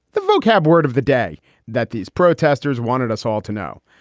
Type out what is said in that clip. the vocab word of the day that these protesters wanted us all to know.